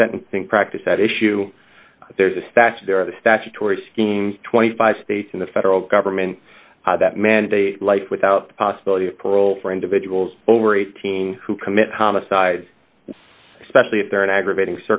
the sentencing practice that issue there's a statute there the statutory schemes twenty five states in the federal government that mandate life without the possibility of parole for individuals over eighteen who commit homicide especially if they're an aggravating